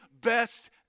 best